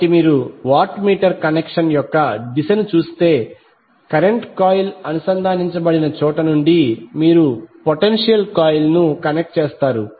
కాబట్టి మీరు watt meter connection యొక్క దిశను చూస్తే కరెంట్ కాయిల్ అనుసంధానించబడిన చోట నుండి మీరు పొటెన్షియల్ కాయిల్ను కనెక్ట్ చేస్తారు